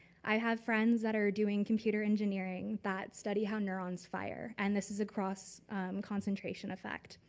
i have friends that are doing computer engineering that study how neurons fire and this is a cross concentration effect.